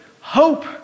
Hope